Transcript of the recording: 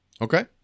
Okay